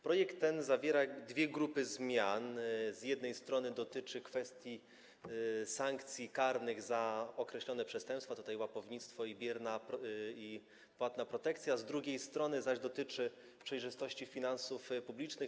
Projekt ten zawiera dwie grupy zmian: z jednej strony dotyczy kwestii sankcji karnych za określone przestępstwa, chodzi tutaj o łapownictwo i płatną protekcję, z drugiej strony zaś dotyczy przejrzystości finansów publicznych.